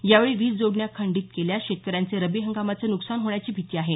यावेळी वीज जोडण्या खंडीत केल्यास शेतकऱ्यांचे रबी हंगामाचं नुकसान होण्याची भीती आहे